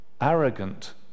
arrogant